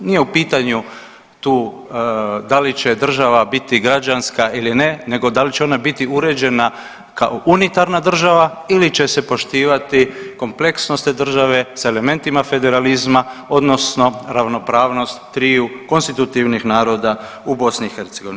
Nije u pitanju tu da li će država biti građanska ili ne nego da li će ona biti uređena kao unitarna država ili će se poštivati kompleksnost te države s elementima federalizma odnosno ravnopravnost triju konstitutivnih naroda u BiH.